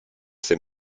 c’est